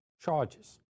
charges